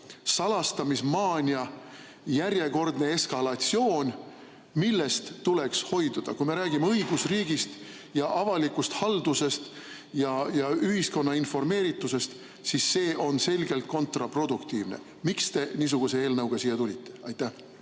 salastamismaania järjekordne eskalatsioon, millest tuleks hoiduda. Kui me räägime õigusriigist ja avalikust haldusest ja ühiskonna informeeritusest, siis see on selgelt kontraproduktiivne. Miks te niisuguse eelnõuga siia tulite? Aitäh,